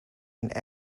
and